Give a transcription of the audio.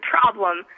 problem